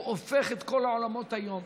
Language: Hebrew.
הוא הופך את כל העולמות היום.